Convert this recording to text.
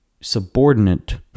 subordinate